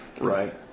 Right